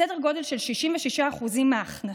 סדר גודל של 66% מההכנסות